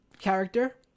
character